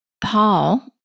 Paul